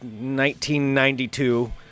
1992